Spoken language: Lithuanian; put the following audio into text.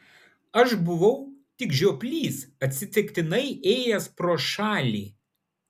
aš buvau tik žioplys atsitiktinai ėjęs pro šalį